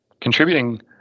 contributing